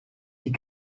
die